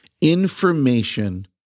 information